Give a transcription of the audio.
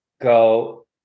go